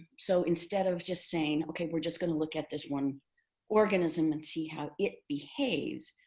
so instead of just saying, okay, we're just going to look at this one organism and see how it behaves,